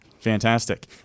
Fantastic